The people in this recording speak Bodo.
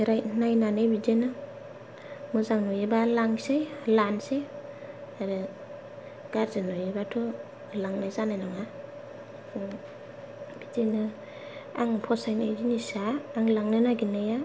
ओमफ्राय नायनानै बिदिनो मोजां नुयोबा लांनोसै लानोसै आरो गाज्रि नुयोबाथ' लांनाय जानाय नङा बिदिनो आं फसायनाय जिनिसआ आं लांनो नागिरनाया